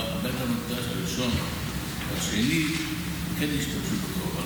אבל בבית המקדש הראשון והשני כן השתמשו בקורבנות.